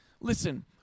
Listen